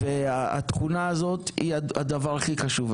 והתכונה הזאת היא הדבר הכי חשוב.